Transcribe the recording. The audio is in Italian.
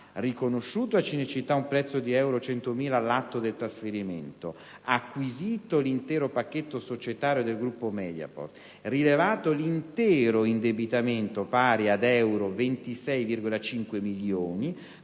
riconosciuto a Cinecittà un prezzo di euro 100.000 all'atto del trasferimento; ha acquisito l'intero pacchetto societario del gruppo Mediaport; ha rilevato l'intero indebitamento pari ad euro 26,5 milioni,